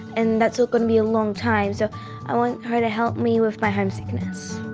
and that's going to be a long time, so i want her to help me with my homesickness.